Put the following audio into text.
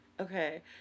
Okay